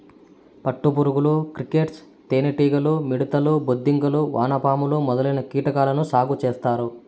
పట్టు పురుగులు, క్రికేట్స్, తేనె టీగలు, మిడుతలు, బొద్దింకలు, వానపాములు మొదలైన కీటకాలను సాగు చేత్తారు